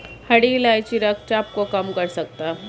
हरी इलायची रक्तचाप को कम कर सकता है